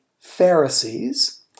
Pharisees